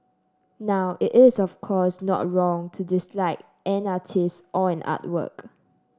now it is of course not wrong to dislike an artist or an artwork